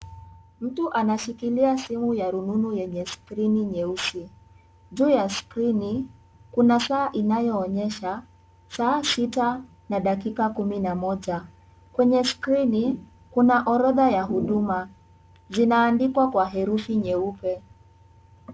Mtu anashikilia simu ya rununu yenye screen nyeusi, juu ya screen kuna saa inayoonyesha saa sita na dakika kumi na moja, kwenye screen kuna orodha ya huduma zinaandikwa kwa herufi nyeupe.